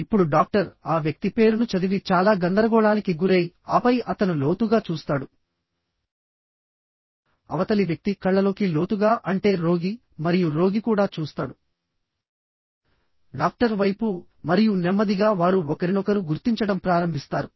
ఇప్పుడు డాక్టర్ ఆ వ్యక్తి పేరును చదివి చాలా గందరగోళానికి గురై ఆపై అతను లోతుగా చూస్తాడు అవతలి వ్యక్తి కళ్ళలోకి లోతుగా అంటే రోగి మరియు రోగి కూడా చూస్తాడు డాక్టర్ వైపు మరియు నెమ్మదిగా వారు ఒకరినొకరు గుర్తించడం ప్రారంభిస్తారు